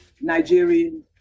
Nigerian